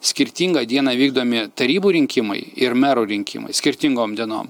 skirtingą dieną vykdomi tarybų rinkimai ir merų rinkimai skirtingom dienom